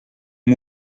les